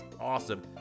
awesome